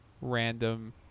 random